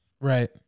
Right